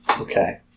Okay